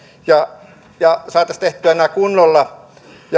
ja ja saataisiin tehtyä nämä kunnolla